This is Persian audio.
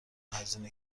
هزینه